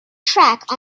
track